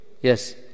Yes